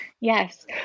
Yes